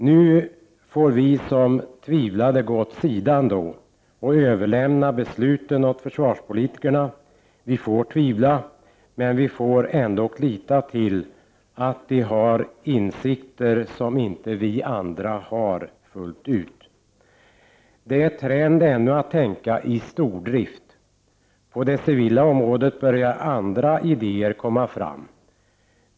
Nu får vi som tvivlade gå åt sidan och överlämna besluten åt försvarspolitikerna. Vi får tvivla, men vi får ändå lita till att de har insikter som inte vi andra har fullt ut. Det är ännu en trend att tänka i stordrift. På det civila området börjar andra idéer komma fram.